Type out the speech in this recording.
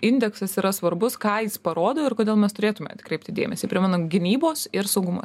indeksas yra svarbus ką jis parodo ir kodėl mes turėtume atkreipti dėmesį primenu gynybos ir saugumo